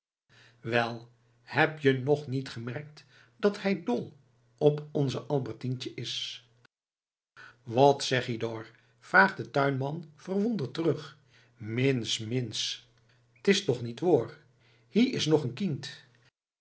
wel heb je nog niet gemerkt dat hij dol op onze albertientje is wat zeg ie doar vraagt de tuinman verwonderd terug minsch minsch t is toch niet woar hie is nog n kiend